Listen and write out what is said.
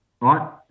right